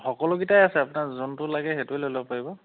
সকলোকিটাই আছে আপোনাৰ যোনটো লাগে সেইটোৱে লৈ ল'ব পাৰিব